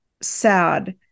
sad